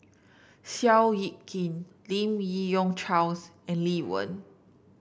Seow Yit Kin Lim Yi Yong Charles and Lee Wen